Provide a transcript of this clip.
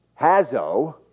Hazo